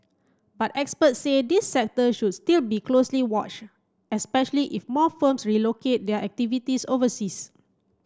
but experts said this sector should still be closely wash especially if more firms relocate their activities overseas